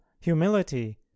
humility